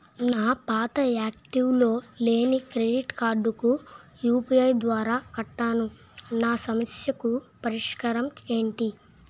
నా పాత యాక్టివ్ లో లేని క్రెడిట్ కార్డుకు యు.పి.ఐ ద్వారా కట్టాను నా సమస్యకు పరిష్కారం ఎంటి?